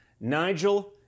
Nigel